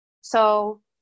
So-